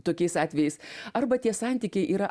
tokiais atvejais arba tie santykiai yra